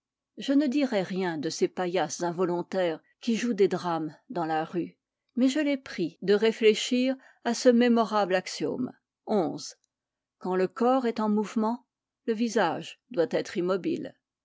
je ne dirai rien de ces paillasses involontaires qui jouent des drames dans la rue mais je les prie de réfléchir à ce mémorable axiome xi quand le corps est en mouvement le visage doit être immobile